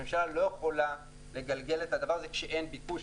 הממשלה לא יכולה לגלגל את הדבר הזה כשאין ביקוש,